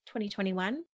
2021